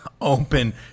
open